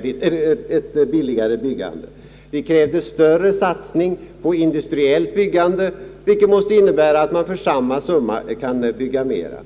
till ett billigare byggande, och vi krävde en större satsning på industriellt byggande vilket måste innebära att man för samma summa skulle kunna bygga mera.